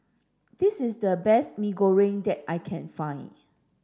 this is the best Mee Goreng that I can find